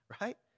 Right